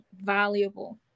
valuable